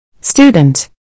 Student